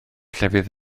llefydd